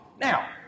Now